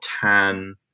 tan